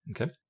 Okay